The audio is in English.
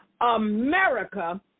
America